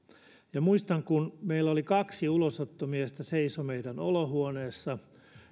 ja muistan kun kaksi ulosottomiestä seisoi meidän olohuoneessamme